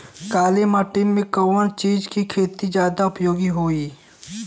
काली माटी में कवन चीज़ के खेती ज्यादा उपयोगी होयी?